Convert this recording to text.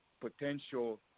potential